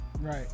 Right